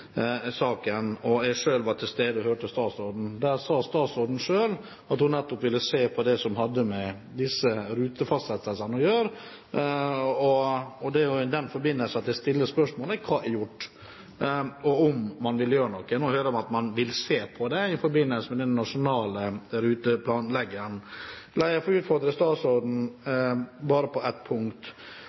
at hun nettopp ville se på det som hadde med disse rutefastsettelsene å gjøre. Det er i den forbindelse jeg stiller spørsmål om hva som er gjort, og om man vil gjøre noe, eller om man vil se på det i forbindelse med den nasjonale ruteplanleggeren. La meg få utfordre statsråden bare på ett punkt.